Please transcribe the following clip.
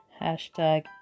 Hashtag